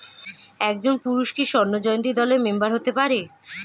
একজন পুরুষ কি স্বর্ণ জয়ন্তী দলের মেম্বার হতে পারে?